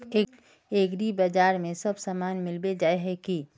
एग्रीबाजार में सब सामान मिलबे जाय है की?